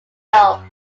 hill